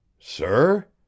Sir